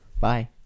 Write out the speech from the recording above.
bye